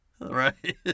Right